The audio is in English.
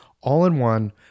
all-in-one